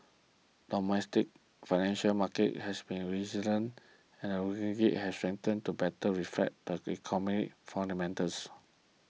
domestic financial market has been resilient and the ringgit has strengthened to better reflect the economic fundamentals